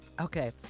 Okay